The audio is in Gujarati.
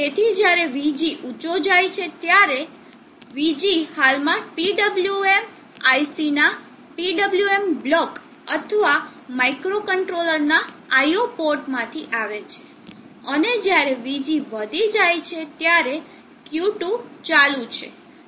તેથી જ્યારે Vg ઊચો જાય છે ત્યારે Vg હાલમાં PWM IC ના PWM બ્લોક અથવા માઇક્રોકન્ટ્રોલરના IO પોર્ટમાંથી આવે છે અને જ્યારે Vg વધી જાય છે ત્યારે Q2 ચાલુ છે